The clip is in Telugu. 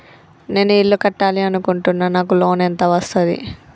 నేను ఇల్లు కట్టాలి అనుకుంటున్నా? నాకు లోన్ ఎంత వస్తది?